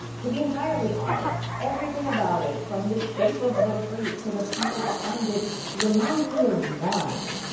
to be entirely honest, everything about it from the shape of the fruit to the people behind it reminds me of wine.